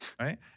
Right